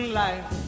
life